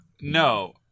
No